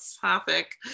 topic